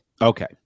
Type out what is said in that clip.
Okay